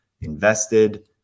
invested